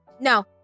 No